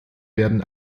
werden